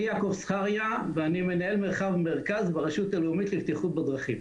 אני יעקב זכריה מנהל מרחב מרכז ברשות הלאומית לבטיחות בדרכים.